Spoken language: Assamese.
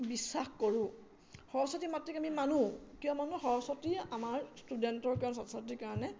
বিশ্বাস কৰোঁ সৰস্বতী মাতৃক আমি মানুহ কিয় মানুহ সৰস্বতী আমাৰ ষ্টুডেণ্টৰ কাৰণে ছাত্ৰ ছাত্ৰীৰ কাৰণে